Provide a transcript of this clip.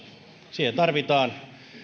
siihen tarvitaan